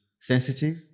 sensitive